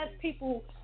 people